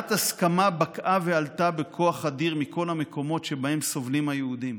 קריאת הסכמה בקעה ועלתה בכוח אדיר מכל המקומות שבהם סובלים היהודים.